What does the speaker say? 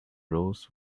roles